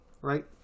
Right